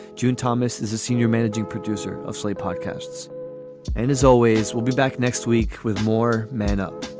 june thomas is a senior managing producer of slate podcasts and as always we'll be back next week with more man up